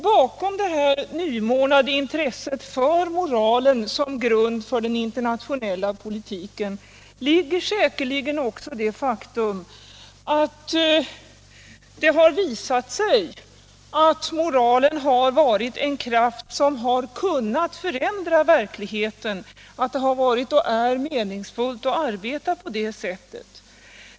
Bakom det nymornade intresset för moralen som grund för den internationella politiken ligger säkerligen också det faktum att det har visat sig att moralen har varit en kraft som har kunnat förändra verkligheten och att det har varit och är meningsfullt att arbeta på det sättet.